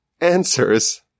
answers